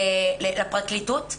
לפרקליטות,